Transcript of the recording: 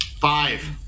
Five